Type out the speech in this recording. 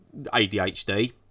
adhd